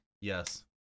Yes